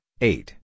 eight